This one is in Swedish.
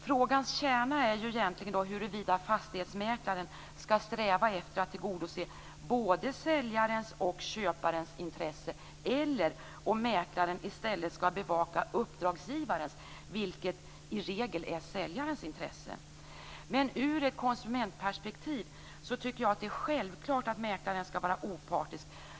Frågans kärna är egentligen huruvida fastighetsmäklaren skall sträva efter att tillgodose både säljarens och köparens intresse eller i stället bevaka uppdragsgivarens, vilket i regel är säljaren, intresse. Ur ett konsumentperspektiv tycker jag att det är självklart att mäklaren skall vara opartisk.